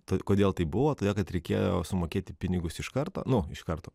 tai kodėl taip buvo todėl kad reikėjo sumokėti pinigus iš karto nu iš karto